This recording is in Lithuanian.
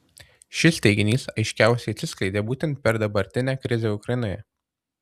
šis teiginys aiškiausiai atsiskleidė būtent per dabartinę krizę ukrainoje